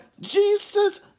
Jesus